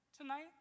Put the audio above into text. tonight